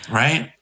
right